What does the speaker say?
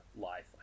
life